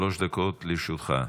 שלוש דקות לרשותך,